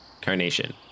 Carnation